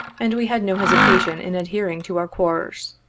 and we had no hesitation in adhering to our course.